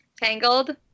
Tangled